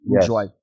enjoy